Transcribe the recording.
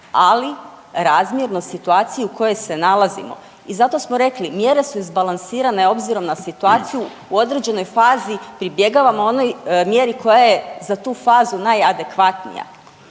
ali razmjerno situaciji u kojoj se nalazimo. I zato smo rekli, mjere su izbalansirane obzirom na situaciju, u određenoj fazi pribjegavamo onoj mjeri koja je za tu fazu najadekvatnija.